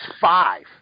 five